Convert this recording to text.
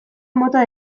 mota